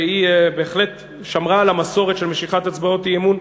שבהחלט שמרה על המסורת של משיכת הצבעות אי-אמון,